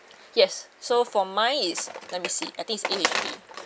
yes so for mine is let me see I think is A_H_A